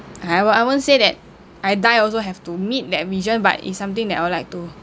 I I won't say that I die also have to meet that vision but it's something that I would like to